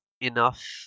enough